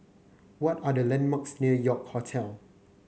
what are the landmarks near York Hotel